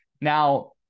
Now